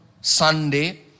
Sunday